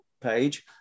page